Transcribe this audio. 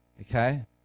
okay